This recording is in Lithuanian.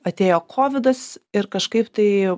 atėjo kovidas ir kažkaip tai